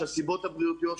כשישנו את הסיבות הבריאותיות.